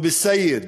או בסייד,